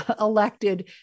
elected